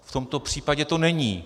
V tomto případě to není.